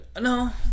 No